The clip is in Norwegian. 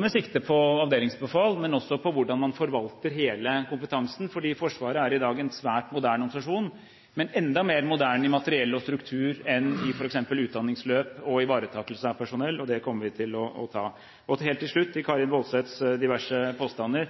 med sikte både på avdelingsbefal og på hvordan man forvalter hele kompetansen. Forsvaret er i dag en svært moderne organisasjon og enda mer moderne når det gjelder materiell og struktur enn f.eks. utdanningsløp og ivaretakelse av personell, og det kommer vi til å ta. Til slutt til Karin S. Woldseths diverse påstander: